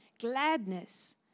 gladness